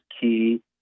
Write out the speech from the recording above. key